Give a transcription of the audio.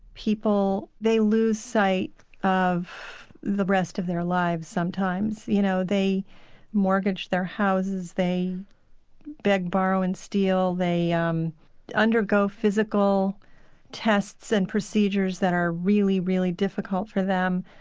people, they lose sight of the rest of their lives sometimes. you know, they mortgage their houses, they beg, borrow and steal, they um undergo physical tests and procedures that are really, really difficult for them,